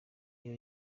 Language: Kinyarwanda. iyo